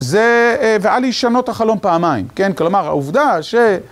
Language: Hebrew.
זה, ועל הישנות החלום פעמיים, כן? כלומר, העובדה ש...